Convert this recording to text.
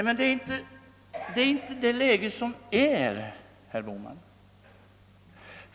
Men detta är inte dagens läge.